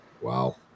wow